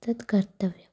तत् कर्तव्यम्